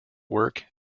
work